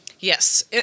Yes